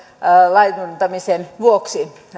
laiduntamisen vuoksi